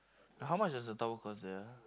how much does a tower cost there ah